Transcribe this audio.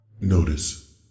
notice